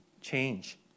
change